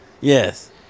Yes